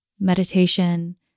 meditation